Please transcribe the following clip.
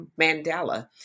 Mandela